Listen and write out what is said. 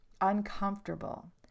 uncomfortable